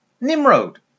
Nimrod